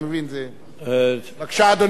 בבקשה, אדוני השר.